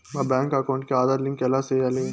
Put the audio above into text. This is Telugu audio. నా బ్యాంకు అకౌంట్ కి ఆధార్ లింకు ఎలా సేయాలి